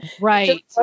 Right